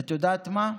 ואת יודעת מה?